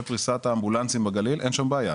פריסת האמבולנסים בגליל אין שום בעיה,